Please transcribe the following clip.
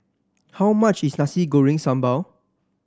how much is Nasi Goreng Sambal